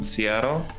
Seattle